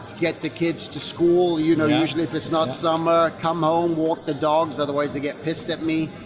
get the kids to school, you know, usually if it's not summer, come home, walk the dogs, otherwise they get pissed at me,